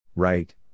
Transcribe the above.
Right